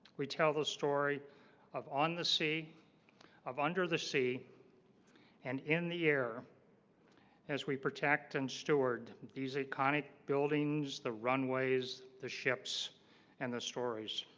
we tell the story of on the sea of under the sea and in the air as we protect and steward these iconic buildings the runways the ships and the stories